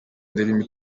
indirimbo